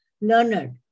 learned